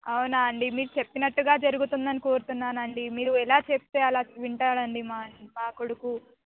అవునా అండి మీరు చెప్పినట్టుగా జరుగుతుందని కోరుతున్నాను అండి మీరు ఎలా చెప్తే అలా వింటాడు అండి మా మా కొడుకు